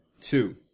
Two